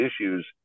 issues